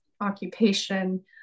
occupation